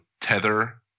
tether